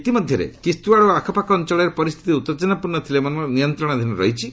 ଇତିମଧ୍ୟରେ କିସ୍ତିୱାଡ଼୍ ଓ ଆଖପାଖ ଅଞ୍ଚଳରେ ପରିସ୍ଥିତି ଉତ୍ତେଜନାପୂର୍ଣ୍ଣ ଥିଲେ ମଧ୍ୟ ନିୟନ୍ତ୍ରଣାଧୀନ ରହିଛି